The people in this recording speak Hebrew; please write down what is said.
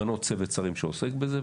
למנות צוות שרים שעוסק בזה,